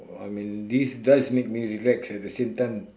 I mean this does make me relax at the same time